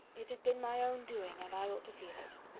it has been my own doing, and i ought to feel it.